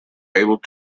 able